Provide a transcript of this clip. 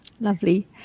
Lovely